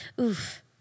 Oof